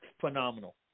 Phenomenal